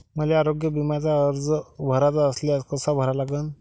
मले आरोग्य बिम्याचा अर्ज भराचा असल्यास कसा भरा लागन?